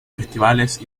festivales